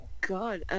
God